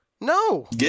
No